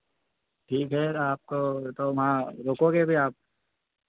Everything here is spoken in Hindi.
ठीक है और आपको तो वहाँ रुकोगे भी आप